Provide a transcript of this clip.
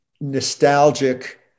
nostalgic